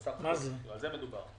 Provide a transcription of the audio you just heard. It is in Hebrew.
על זה מדובר.